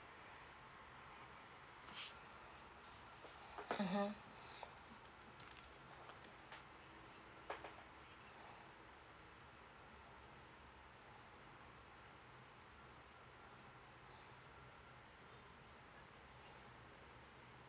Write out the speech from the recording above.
mmhmm